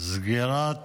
סגירת